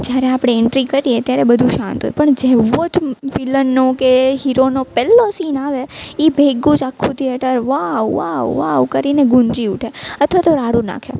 જ્યારે આપણે એન્ટ્રી કરીએ ત્યારે બધું શાંત હોય પણ જેવો જ વિલનનો કે હીરોનો પહેલો સીન આવે એ ભેગું જ આખું થિએટર વાવ વાવ વાવ કરીને ગુંજી ઉઠે અથવા તો રાડો નાખે